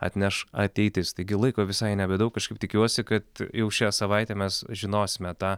atneš ateitis taigi laiko visai nebedaug kažkaip tikiuosi kad jau šią savaitę mes žinosime tą